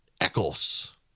Eccles